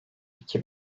iki